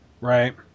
Right